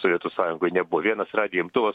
sovietų sąjungoj nebuvo vienas radijo imtuvas